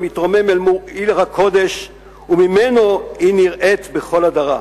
המתרומם אל מול עיר הקודש וממנו היא נראית בכל הדרה.